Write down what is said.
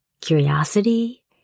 curiosity